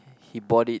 he bought it